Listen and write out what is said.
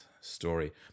story